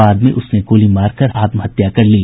बाद में उसने गोली मार कर आत्महत्या कर ली